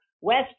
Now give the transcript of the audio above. West